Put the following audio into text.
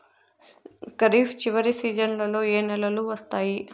ఖరీఫ్ చివరి సీజన్లలో ఏ నెలలు వస్తాయి?